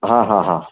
હા હા હા